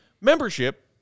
membership